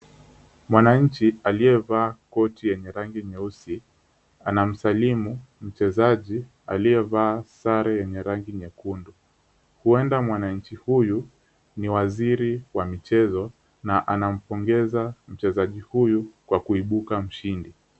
Mwananchi aliyevaa koti yenye rangi nyeusi anamsalimu mchezaji aliyevaa sare yenye rangi nyekundu, huenda mwananchi huyu ni waziri wa michezo na anampongeza mchezaji huyu kwa kuibuka mshindi.